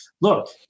look